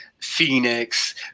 Phoenix